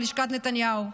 על לשכת נתניהו.